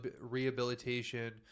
rehabilitation